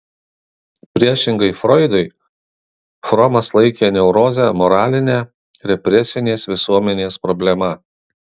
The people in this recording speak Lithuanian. priešingai froidui fromas laikė neurozę moraline represinės visuomenės problema